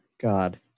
God